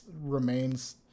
remains